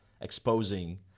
exposing